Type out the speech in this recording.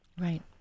Right